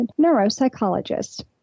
neuropsychologist